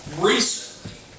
Recently